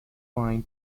fine